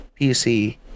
PC